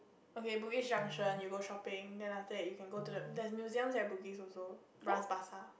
okay Bugis-Junction you go shopping then after that you can go to the there's museum at Bugis also Bras-Basah